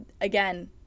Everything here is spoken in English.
again